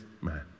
man